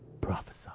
Prophesy